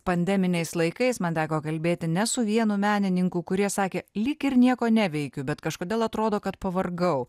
pandeminiais laikais man teko kalbėti ne su vienu menininku kurie sakė lyg ir nieko neveikiu bet kažkodėl atrodo kad pavargau